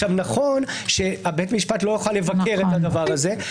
נכון שבית המשפט לא יוכל לבקר את זה,